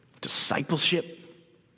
discipleship